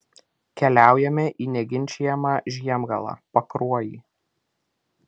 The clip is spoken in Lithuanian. keliaujame į neginčijamą žiemgalą pakruojį